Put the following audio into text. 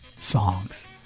songs